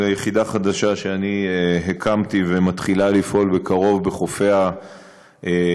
זו יחידה חדשה שאני הקמתי ומתחילה לפעול בקרוב בחופי הכינרת,